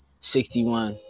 61